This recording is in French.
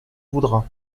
voudras